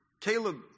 Caleb